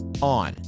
on